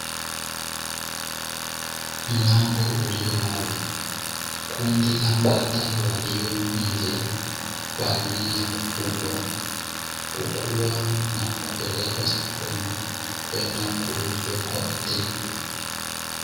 Mlango ulio wazi kundi la bata walio nje kwa ajili ya kufugwa, kukua na kupelekwa sokoni kwenda kuuzwa kwa wateja.